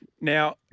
Now